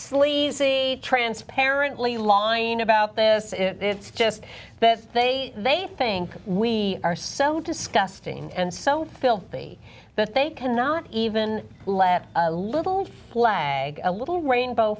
sleazy transparently line about this it's just that they they think we are so disgusting and so filthy that they cannot even let a little flag a little rainbow